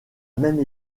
même